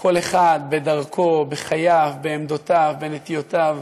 כל אחד בדרכו, בחייו, בעמדותיו, בנטיותיו,